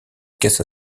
caisse